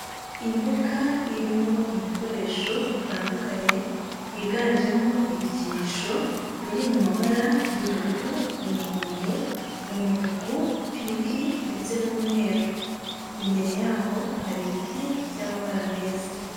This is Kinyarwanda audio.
Imbuga irimo ibikoresho bitandukanye higanjemo ibikinisho biri mu mabara y'ubururu, umuhondo, umutuku, pinki ndetse n'umweru, imbere yaho hari ibiti by'amabara meza.